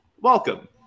welcome